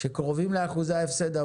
שקרובים לאחוזי ההפסד,